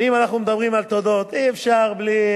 ואם אנחנו מדברים על תודות אי-אפשר בלי